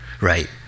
Right